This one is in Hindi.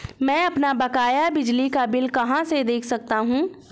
मैं अपना बकाया बिजली का बिल कहाँ से देख सकता हूँ?